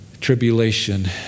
tribulation